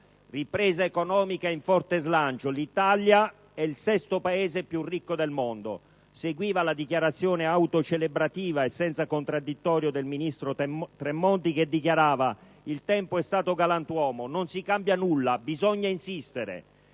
«Ripresa economica in forte slancio. L'Italia è il sesto paese più ricco del mondo». Seguiva la dichiarazione autocelebrativa e senza contraddittorio del ministro Tremonti, che dichiarava: «Il tempo è stato galantuomo. Non si cambia nulla. Bisogna insistere».